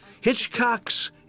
Hitchcock's